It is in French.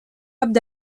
abd